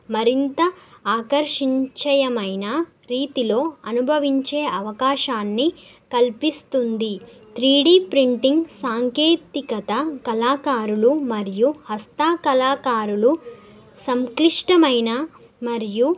మరింత ఆకర్షించేమైన రీతిలో అనుభవించే అవకాశాన్ని కల్పిస్తుంది త్రీ డి ప్రింటింగ్ సాంకేతికత కళాకారులు మరియు హస్తకళాకారులు సంక్లిష్టమైన మరియు